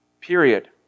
Period